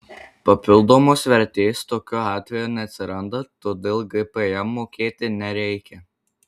papildomos vertės tokiu atveju neatsiranda todėl gpm mokėti nereikia